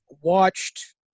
watched